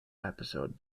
episode